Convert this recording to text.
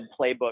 playbook